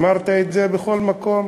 אמרת את זה בכל מקום